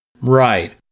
Right